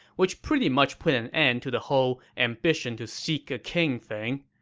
which pretty much put an end to the whole ambition to seek a king thing.